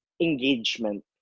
engagement